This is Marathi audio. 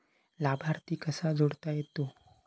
लाभार्थी कसा जोडता येता?